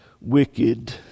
wicked